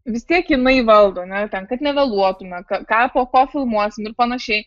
vis tiek jinai valdo ar ne ten kad nevėluotume ką ką po ko filmuosim ir panašiai